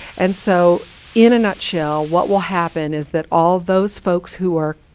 and so in a nutshell, what will happen is that all those folks who are